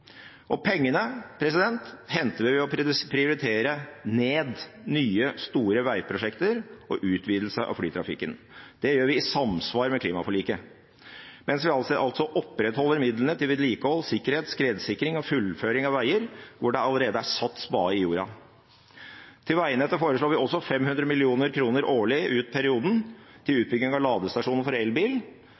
Pengene henter vi ved å prioritere ned nye store veiprosjekter og utvidelse av flytrafikken. Dette gjør vi i samsvar med klimaforliket, mens vi opprettholder midlene til vedlikehold, sikkerhet, skredsikring og fullføring av veier hvor spaden allerede er satt i jorda. Til veinettet foreslår vi også 500 mill. kr årlig ut perioden til utbygging av ladestasjoner for